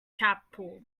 chapel